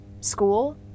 school